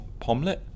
Pomlet